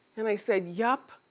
and i said yep.